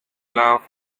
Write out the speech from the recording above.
love